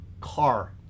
car